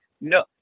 No